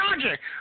project